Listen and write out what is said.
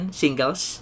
singles